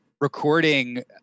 recording